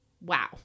Wow